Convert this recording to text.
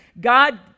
God